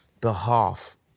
behalf